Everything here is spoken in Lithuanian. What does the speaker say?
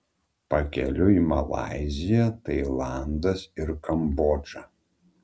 pakeliui malaizija tailandas ir kambodža